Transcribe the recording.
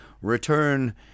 return